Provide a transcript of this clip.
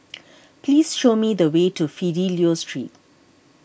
please show me the way to Fidelio Street